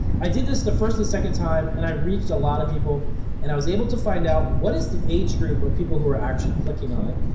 i did this the first and second time and i reached a lotta people and i was able to find out what is the age group of people who are actually clicking on it,